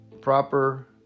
proper